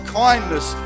kindness